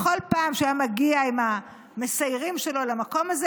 בכל פעם שהיה מגיע עם המסיירים שלו למקום הזה,